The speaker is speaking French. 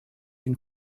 une